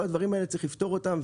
כל הדברים האלה צריך לפתור אותם,